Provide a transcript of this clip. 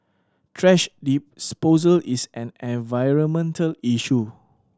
thrash disposal is an environmental issue